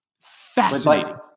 Fascinating